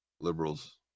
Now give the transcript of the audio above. Liberals